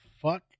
fuck